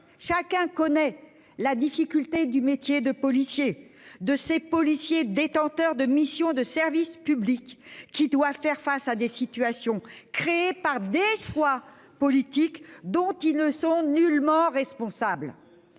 Chacun connaît la difficulté du métier de policier, de ces policiers détenteurs de missions de service public, qui doivent faire face à des situations créées par des choix politiques, dont ils ne sont nullement responsables.